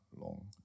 long